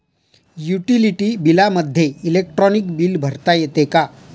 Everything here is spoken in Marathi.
युटिलिटी बिलामध्ये इलेक्ट्रॉनिक बिल भरता येते का?